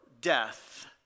death